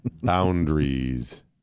Boundaries